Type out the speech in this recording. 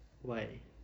why